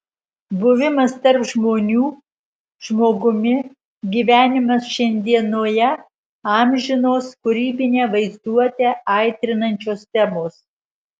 buvimas tarp žmonių žmogumi gyvenimas šiandienoje amžinos kūrybinę vaizduotę aitrinančios temos